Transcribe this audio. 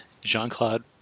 jean-claude